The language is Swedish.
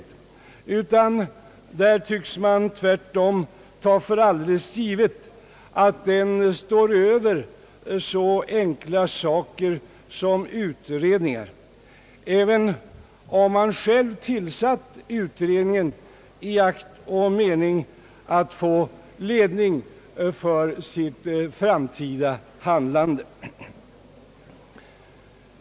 Där tycks man tvärtom ta helt för givet ati regeringen står över så enkla saker som utredningar, även om man själv tillsatt utredningen i akt och mening att få ledning för sitt framtida handlande.